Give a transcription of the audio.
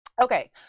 Okay